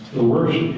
the worst,